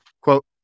quote